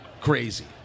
crazy